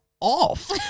off